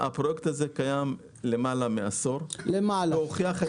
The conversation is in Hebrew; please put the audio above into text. הפרויקט הזה קיים למעלה מעשור והוא הוכיח את עצמו.